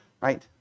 right